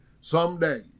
someday